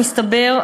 מסתבר,